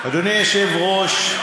אדוני היושב-ראש,